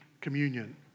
communion